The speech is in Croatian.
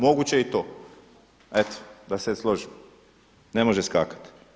Moguće je i to da se složim ne može skakati.